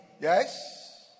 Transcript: Yes